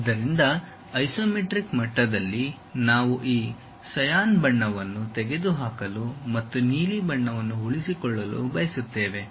ಆದ್ದರಿಂದ ಐಸೊಮೆಟ್ರಿಕ್ ಮಟ್ಟದಲ್ಲಿ ನಾವು ಈ ಸಯಾನ್ ಬಣ್ಣವನ್ನು ತೆಗೆದುಹಾಕಲು ಮತ್ತು ನೀಲಿ ಬಣ್ಣವನ್ನು ಉಳಿಸಿಕೊಳ್ಳಲು ಬಯಸುತ್ತೇವೆ